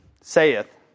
saith